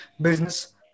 business